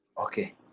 Okay